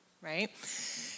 right